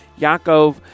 Yaakov